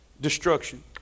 Destruction